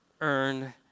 earn